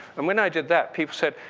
and when i did that, people said,